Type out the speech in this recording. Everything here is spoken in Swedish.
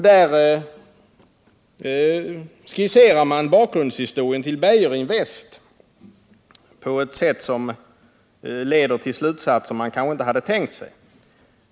Där skisserar man bakgrundshistorien till Beijerinvest på ett sätt som leder till slutsatser man kanske inte hade tänkt sig.